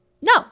No